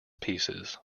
pieces